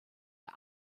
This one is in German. der